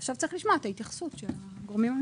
עכשיו צריך לשמוע את ההתייחסות של הגורמים המקצועיים.